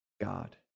God